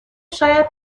شاید